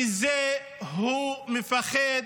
מזה הוא מפחד,